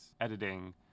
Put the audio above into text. editing